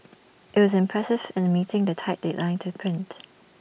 IT the impressive in A meeting the tight deadline to print